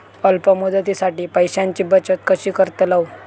अल्प मुदतीसाठी पैशांची बचत कशी करतलव?